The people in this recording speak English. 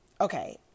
okay